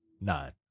Nine